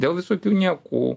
dėl visokių niekų